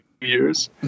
years